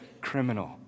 criminal